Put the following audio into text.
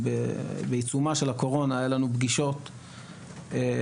בעיצומה של הקורונה היה לנו פגישות זום.